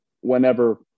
whenever